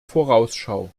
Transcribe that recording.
vorausschau